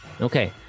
Okay